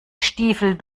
stiefel